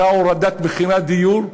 אותה הורדת מחירי דיור.